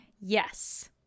yes